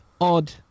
odd